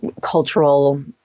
cultural